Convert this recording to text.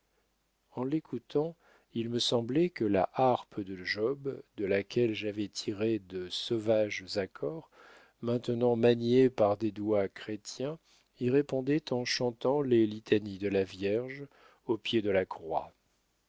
en l'écoutant il me semblait que la harpe de job de laquelle j'avais tiré de sauvages accords maintenant maniée par des doigts chrétiens y répondait en chantant les litanies de la vierge au pied de la croix